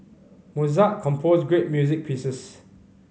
Mozart composed great music pieces